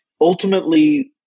ultimately